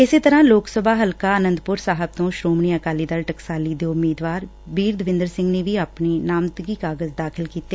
ਇਸੇ ਤਰ੍ਪਾ ਲੋਕ ਸਭਾ ਹਲਕਾ ਆਨੰਦਪੁਰ ਸਾਹਿਬ ਤੋਂ ਸ੍ਰੋਮਣੀ ਅਕਾਲੀ ਦਲ ਟਕਸਾਲੀ ਦੇ ਉਮੀਦਵਾਰ ਬੀਰ ਦਵਿੰਦਰ ਸਿੰਘ ਨੇ ਵੀ ਆਪਣੇ ਨਾਮਜ਼ਦਗੀ ਕਾਗਜ਼ ਦਾਖਲ ਕੀਤੇ